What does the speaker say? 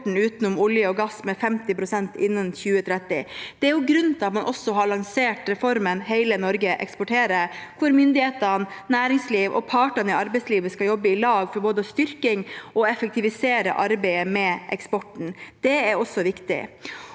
utenom olje og gass med 50 pst. innen 2030. Det er også grunnen til at man har lansert reformen Hele Norge eksporterer, hvor myndighetene, næringsliv og partene i arbeidslivet skal jobbe sammen for både å styrke og effektivisere arbeidet med eksporten. Det er også viktig.